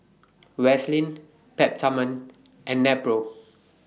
Vaselin Peptamen and Nepro